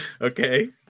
Okay